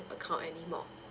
account anymore